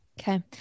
Okay